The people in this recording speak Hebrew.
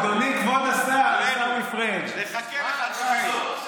אדוני כבוד השר עיסאווי פריג' נחכה לך שתחזור.